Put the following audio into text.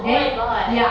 oh my god